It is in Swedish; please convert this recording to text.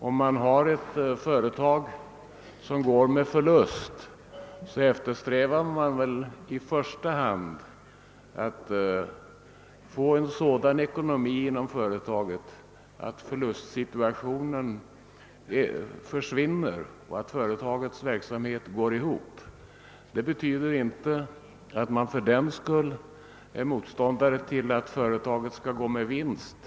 Om man har ett företag som går med förlust, eftersträvar man väl i första hand att sköta ekonomin inom företaget på så dant sätt att förlusten försvinner och företagets verksamhet går ihop ekonomiskt. Det betyder inte att man fördenskull är motståndare till att företaget skall gå med vinst.